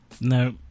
No